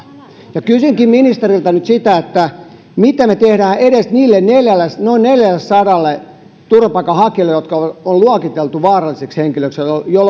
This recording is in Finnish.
kysynkin ministeriltä nyt mitä me teemme edes niille noin neljällesadalle turvapaikanhakijalle jotka on luokiteltu vaarallisiksi henkilöiksi joilla